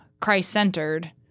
Christ-centered